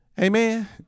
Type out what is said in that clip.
Amen